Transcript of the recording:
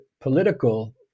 political